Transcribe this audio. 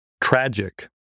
tragic